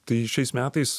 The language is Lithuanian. tai šiais metais